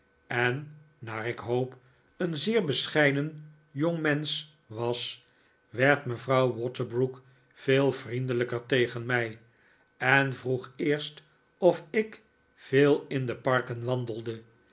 en naar ik hoop een zeer bescheiden jongmensch was werd mevrouw waterbrook veel vriendelijker tegen mij en vroeg eerst of ik veel in de parken wandelde